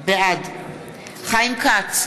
בעד חיים כץ,